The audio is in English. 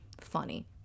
Funny